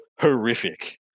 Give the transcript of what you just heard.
horrific